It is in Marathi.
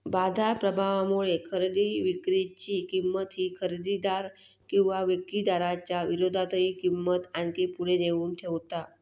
बाजार प्रभावामुळे खरेदी विक्री ची किंमत ही खरेदीदार किंवा विक्रीदाराच्या विरोधातही किंमत आणखी पुढे नेऊन ठेवता